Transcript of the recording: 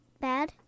bad